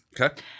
Okay